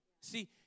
See